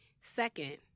Second